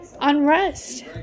unrest